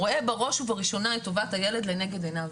רואה בראש ובראשונה את טובת הילד לנגד עיניו.